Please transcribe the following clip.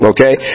Okay